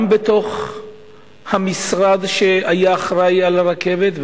גם בתוך המשרד שהיה אחראי לרכבת,